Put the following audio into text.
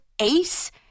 ace